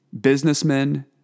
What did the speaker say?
Businessmen